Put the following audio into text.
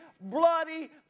bloody